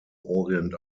orient